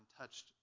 touched